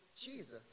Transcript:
Jesus